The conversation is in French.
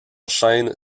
chêne